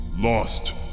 Lost